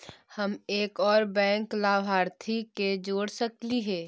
हम एक और बैंक लाभार्थी के जोड़ सकली हे?